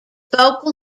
vocal